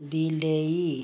ବିଲେଇ